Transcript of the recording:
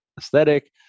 aesthetic